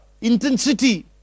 intensity